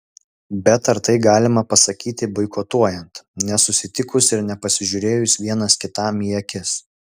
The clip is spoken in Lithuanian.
bet ar tai galima pasakyti boikotuojant nesusitikus ir nepasižiūrėjus vienas kitam į akis